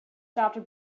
stopped